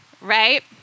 right